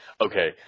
Okay